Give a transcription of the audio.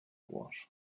wash